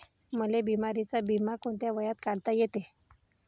मले बिमारीचा बिमा कोंत्या वयात काढता येते?